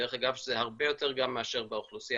דרך אגב זה הרבה יותר גם מאשר באוכלוסייה